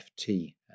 FT